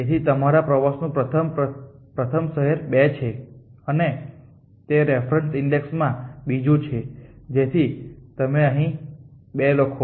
તેથી તમારા પ્રવાસ પરનું પ્રથમ શહેર 2 છે અને તે રેફરન્સ ઈન્ડેક્સમાં બીજું છે જેથી તમે અહીં 2 લખો